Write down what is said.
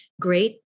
great